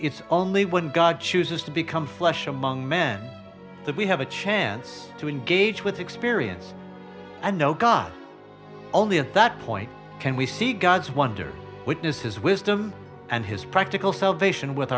it's only when god chooses to become flesh among men that we have a chance to engage with experience and know god only at that point can we see god's wonders witness his wisdom and his practical salvation with